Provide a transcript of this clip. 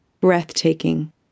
breathtaking